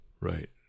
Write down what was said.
Right